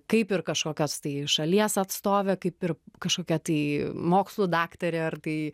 kaip ir kažkokios tai šalies atstovė kaip ir kažkokia tai mokslų daktarė ar tai